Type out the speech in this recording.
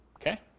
Okay